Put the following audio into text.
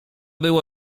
było